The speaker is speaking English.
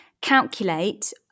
calculate